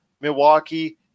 Milwaukee